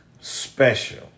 special